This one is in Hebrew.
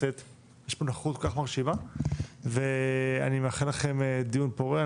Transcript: הכנסת יש פה נוכחות כל כך מרשימה ואני מאחל לכם דיון פורה.